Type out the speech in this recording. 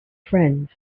friends